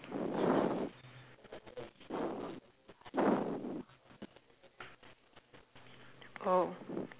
oh